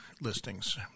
listings